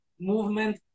movement